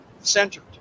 centered